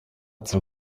zur